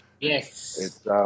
Yes